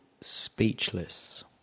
Speechless